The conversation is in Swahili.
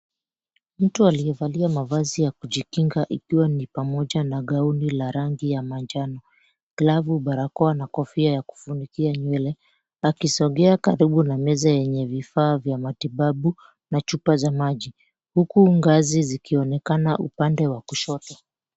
Mtu aliyevalia mavazi ya kujikinga ikiwa ni pamoja na gauni la rangi ya manjano, glavu, barakoa na kofia ya kufunikia nywele akisogea karibu na meza yenye vifaa vya matibabu na chupa za maji huku ngazi zikionekana upande wa kushoto.